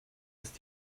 ist